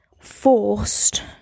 forced